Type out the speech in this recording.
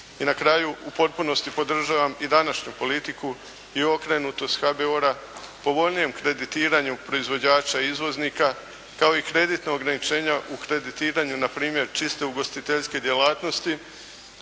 I na kraju, u potpunosti podržavam i današnju politiku i okrenutost HBOR-a povoljnijem kreditiranju proizvođača i izvoznika, kao i kreditnog ograničenja u kreditiranju npr. čiste ugostiteljske djelatnosti,